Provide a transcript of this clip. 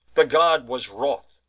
the god was wroth,